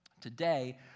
Today